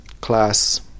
class